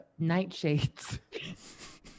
nightshades